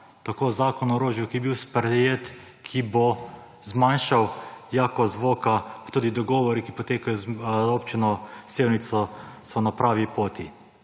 Tako Zakon o orožju, ki je bil sprejet, ki bo zmanjšal jakost zvoka, pa tudi dogovori, ki potekajo z Občino Sevnica, so na pravi poti.